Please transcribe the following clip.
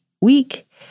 week